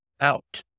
out